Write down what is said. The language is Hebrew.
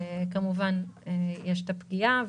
כמובן יש פגיעה.